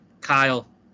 Kyle